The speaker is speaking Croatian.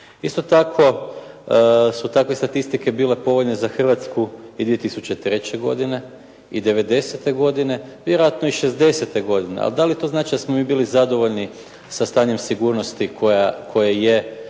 Isto tako su takve statistike bile povoljne za Hrvatsku i 2003. godine i '90. godine, vjerojatno i '60. godine, a da li to znači da smo mi bili zadovoljni sa stanjem sigurnosti koje je